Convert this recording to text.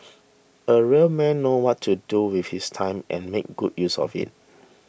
a real man knows what to do with his time and makes good use of it